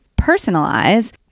personalize